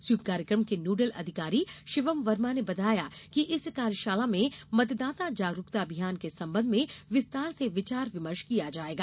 SVEEP कार्यक्रम के nodal अधिकारी शिवम वर्मा ने बताया है कि इस कार्यशाला में मतदाता जागरूकता अभियान के संबंध में विस्तार से विचार विमर्श किया जायेगा